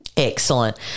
Excellent